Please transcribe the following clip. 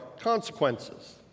consequences